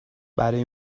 برای